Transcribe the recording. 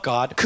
God